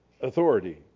authority